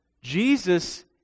Jesus